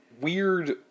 Weird